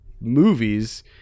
movies